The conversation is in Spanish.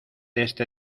este